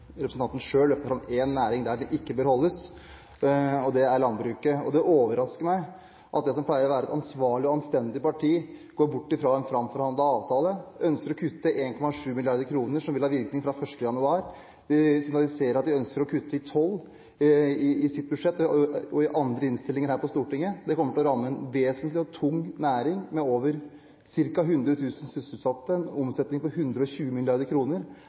representanten selv løfter fram én næring der de ikke bør holdes – landbruket. Det overrasker meg at det som pleier å være et ansvarlig og anstendig parti, går bort fra en framforhandlet avtale og ønsker å kutte 1,7 mrd. kr – med virkning fra 1. januar. En ser at de ønsker å kutte i sitt 2012-budsjett og i andre innstillinger her på Stortinget. Det kommer til å ramme en vesentlig og tung næring med ca. 100 000 sysselsatte og en omsetning på 120